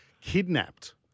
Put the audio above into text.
kidnapped